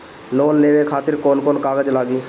Loan लेवे खातिर कौन कौन कागज लागी?